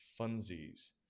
funsies